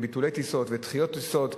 ביטולי טיסות ודחיות טיסות.